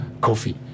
coffee